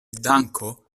danko